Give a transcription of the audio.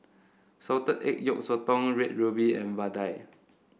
Salted Egg Yolk Sotong Red Ruby and vadai